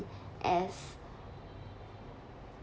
as